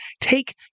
take